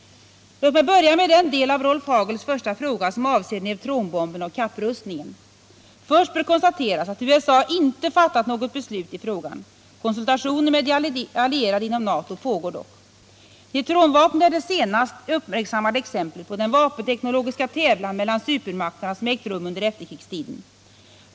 Låt mig börja med den del av Rolf Hagels första fråga som avser neutronbomben och kapprustningen. Först bör konstateras att USA inte fattat något beslut i frågan. Konsultationer med de allierade inom NATO pågår dock. Neutronvapnet är det senast uppmärksammade exemplet på den vapenteknologiska tävlan mellan supermakterna som ägt rum under efterkrigstiden.